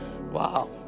wow